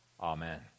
amen